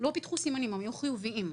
לא פיתחו סימנים, הם היו חיוביים.